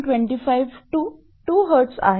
25 2Hz आहेत